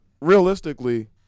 realistically